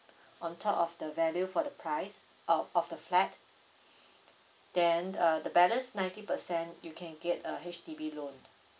on top of the value for the price uh for the flat then uh the balance ninety percent you can get a H_D_B loan